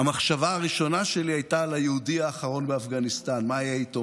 המחשבה הראשונה שלי הייתה על היהודי האחרון באפגניסטן: מה יהיה איתו,